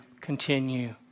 continue